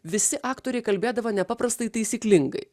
visi aktoriai kalbėdavo nepaprastai taisyklingai